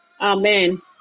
Amen